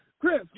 Chris